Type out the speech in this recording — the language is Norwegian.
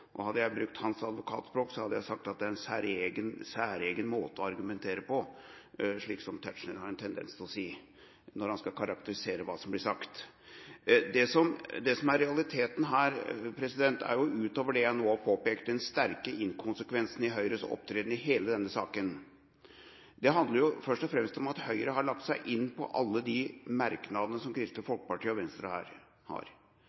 på. Hadde jeg brukt hans advokatspråk, hadde jeg sagt at det er en særegen måte å argumentere på, slik Tetzschner har en tendens til å si når han skal karakterisere det som blir sagt. Det som er realiteten her, utover det jeg nå har påpekt, er den sterke inkonsekvensen i Høyres opptreden i hele denne saka. Det handler først og fremst om at Høyre er med på alle de merknadene som Kristelig Folkeparti og Venstre har.